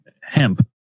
hemp